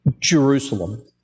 Jerusalem